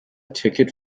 ticket